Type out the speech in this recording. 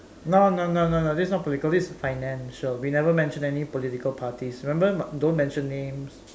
no no no no no this is not political this is financial we never mention any political parties remember don't mention names